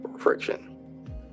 Friction